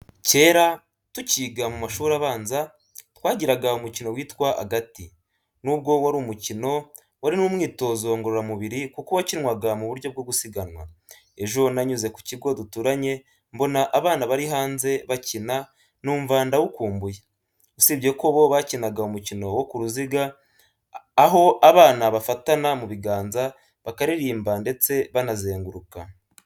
Kera, tucyiga mu mashuri abanza, twagiraga umukino witwa agati. Nubwo wari umukino, wari n’umwitozo ngororamubiri kuko wakinwaga mu buryo bwo gusiganwa. Ejo nanyuze ku kigo duturanye mbona abana bari hanze bakina, numva ndawukumbuye. Usibye ko bo bakinaga umukino wo ku ruziga, aho abana bafatana mu biganza, bakaririmba ndetse banazenguruka.